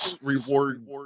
reward